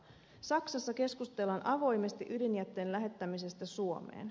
saksassa keskustellaan avoimesti ydinjätteen lähettämisestä suomeen